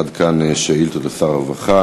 עד כאן שאילתות לשר הרווחה.